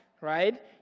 right